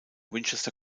winchester